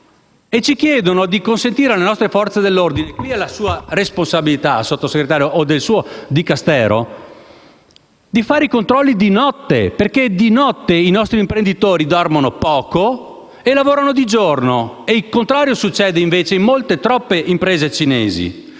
Ci chiedono di consentire alle nostre Forze dell'ordine - qui, Sottosegretario, è la responsabilità sua o del suo Dicastero - di fare i controlli di notte, perché di notte i nostri imprenditori dormono, poco, e lavorano di giorno, mentre il contrario succede invece in molte, troppe imprese cinesi.